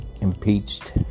impeached